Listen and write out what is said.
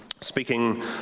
speaking